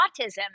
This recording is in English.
autism